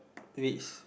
reads